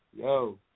yo